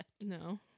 No